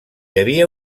havia